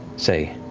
say